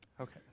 Okay